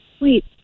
Wait